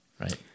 Right